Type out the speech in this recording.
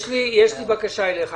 יש לי בקשה אליך.